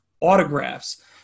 autographs